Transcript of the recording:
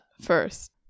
first